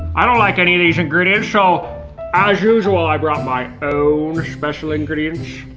i don't like any of these ingredients, so as usual i brought my own special ingredients.